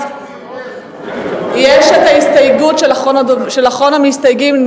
יש את ההסתייגות של אחרון המסתייגים.